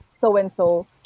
so-and-so